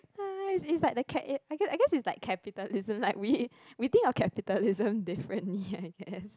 it's like the cat~ I I guess it's like capitalism like we we think of capitalism differently I guess